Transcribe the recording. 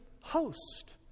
host